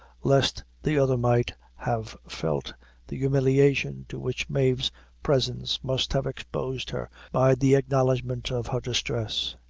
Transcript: lest the other might have felt the humiliation to which mave's presence must have exposed her by the acknowledgment of her distress.